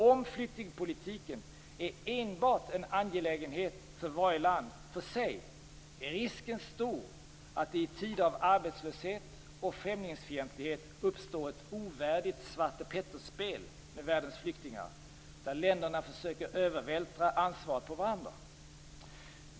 Om flyktingpolitiken enbart är en angelägenhet för varje land för sig är risken stor att det i tider av arbetslöshet och främlingsfientlighet uppstår ett ovärdigt Svarte Petter-spel med världens flyktingar, där länderna försöker övervältra ansvaret på varandra.